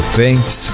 thanks